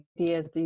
Ideas